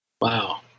Wow